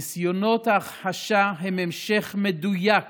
ניסיונות ההכחשה הם המשך מדויק